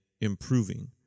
improving